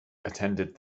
attended